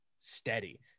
steady